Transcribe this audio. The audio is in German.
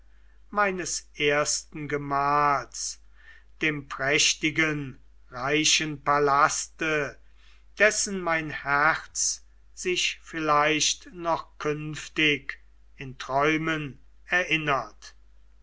meines ersten gemahls dem prächtigen reichen palaste dessen mein herz sich vielleicht noch künftig in träumen erinnert